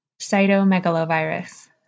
cytomegalovirus